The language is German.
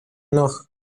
noch